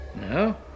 No